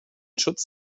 schutz